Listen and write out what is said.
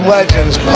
Legends